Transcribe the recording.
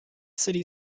city